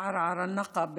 מערערה אל-נקב,